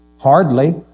Hardly